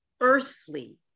earthly